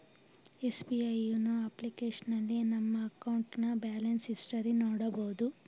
SBI YONO ಅಪ್ಲಿಕೇಶನ್ನಲ್ಲಿ ನಮ್ಮ ಅಕೌಂಟ್ನ ಬ್ಯಾಲೆನ್ಸ್ ಹಿಸ್ಟರಿ ನೋಡಬೋದು